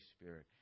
Spirit